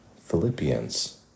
Philippians